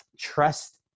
trust